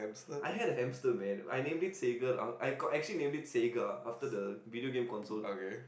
I had a hamster man I named it Sega I got actually name it Sega after the video game console